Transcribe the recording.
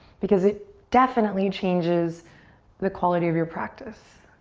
because it definitely changes the quality of your practice.